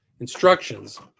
instructions